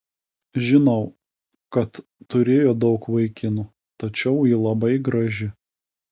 žinau kad turėjo daug vaikinų tačiau ji labai graži